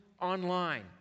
online